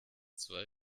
zwei